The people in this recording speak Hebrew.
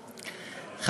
תודה,